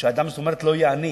זאת אומרת, שאדם לא יהיה עני.